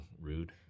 Rude